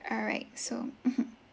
all right so mmhmm